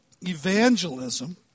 evangelism